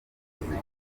ubuvuzi